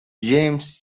james